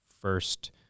first